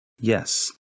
Yes